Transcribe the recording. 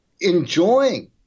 enjoying